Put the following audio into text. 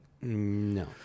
No